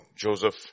Joseph